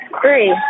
three